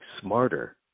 smarter